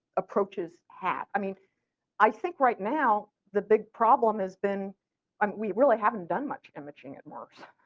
approaches have. i mean i think right now the big problem has been um we really haven't done much imaging at mars,